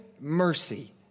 mercy